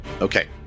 Okay